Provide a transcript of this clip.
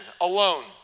alone